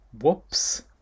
whoops